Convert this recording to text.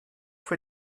für